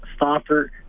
Stoffer